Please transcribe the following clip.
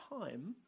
time